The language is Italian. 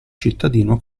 cittadino